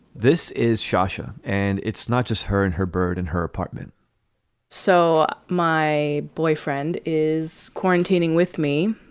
this is shasha and it's not just her and her bird in her apartment so my boyfriend is quarantining with me.